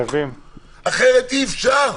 אחרת אי אפשר.